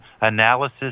Analysis